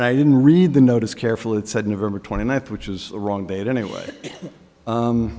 didn't read the notice carefully it said november twenty ninth which is a wrong date anyway